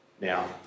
now